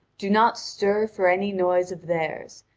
do not stir for any noise of theirs,